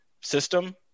system